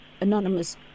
Anonymous